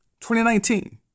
2019